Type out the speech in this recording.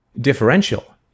Differential